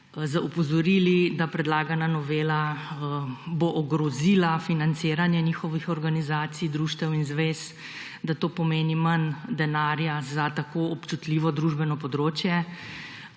z opozorili, da bo predlagana novela ogrozila financiranje njihovih organizacij, društev in zvez, da to pomeni manj denarja za tako občutljivo družbeno področje.